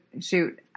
shoot